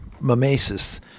mimesis